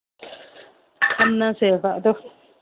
ꯈꯟꯅꯁꯦꯕ ꯑꯗꯨ